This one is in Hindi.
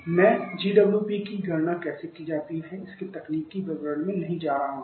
मैं GWP की गणना कैसे की जाती है इसके तकनीकी विवरण में नहीं जा रहा हूं